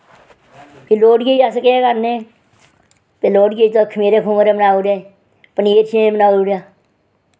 फ्ही लोह्ड़िये अस केह् करने फ्ही लोह्ड़िये चलो खमीरे खमूरे बनाई ओड़े पनीर शनीर बनाई ओड़ेआ